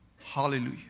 Hallelujah